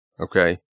Okay